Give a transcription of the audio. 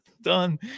done